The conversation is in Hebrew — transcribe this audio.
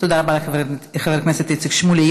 תודה רבה לחבר הכנסת איציק שמולי.